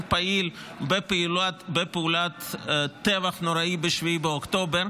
פעיל בפעולת הטבח הנוראי ב-7 באוקטובר,